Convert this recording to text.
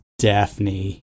Daphne